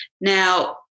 Now